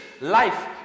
life